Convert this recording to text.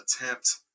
attempt